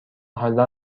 حالا